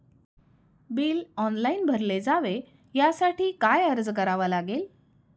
Bill online भरले जावे यासाठी काय अर्ज करावा लागेल?